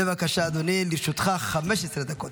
בבקשה אדוני, לרשותך 15 דקות.